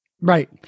Right